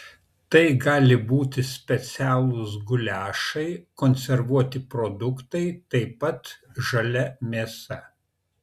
tai gali būti specialūs guliašai konservuoti produktai taip pat žalia mėsa